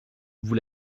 vous